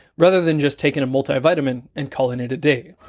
rather than just taking a multivitamin and calling it a day.